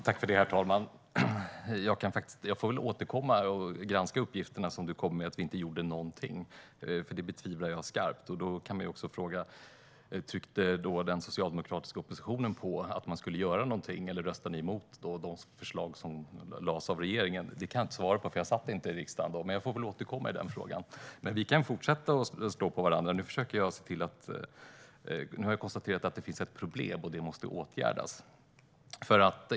Herr talman! Jag får väl återkomma och granska uppgifterna som du kommer med att vi inte gjorde någonting. Det betvivlar jag skarpt. Vi kan också fråga: Uttryckte då den socialdemokratiska oppositionen att man skulle göra någonting, eller röstade ni emot de förslag som lades fram av regeringen? Det kan jag inte svara på, för jag satt inte i riksdagen då. Jag får återkomma i den frågan. Vi kan fortsätta att slå på varandra. Nu har jag konstaterat att det finns ett problem, och det måste åtgärdas.